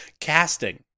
Casting